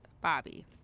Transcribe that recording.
Bobby